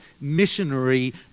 missionary